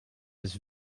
his